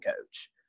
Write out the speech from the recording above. coach